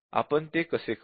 आपण ते कसे करू